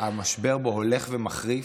זה נושא שהמשבר בו הולך ומחריף,